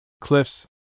cliffs